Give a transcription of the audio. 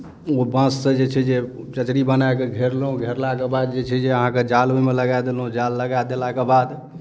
ओ बाँससँ जे छै जे चचरी बनाए कऽ घेरलहुँ घेरलाके बाद जे छै जे अहाँके जाल ओहिमे लगाए देलहुँ जाल लगा देलाके बाद